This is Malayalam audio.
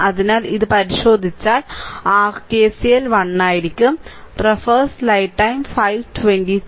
അതിനാൽ ഇത് പരിശോധിച്ചാൽ r KCL 1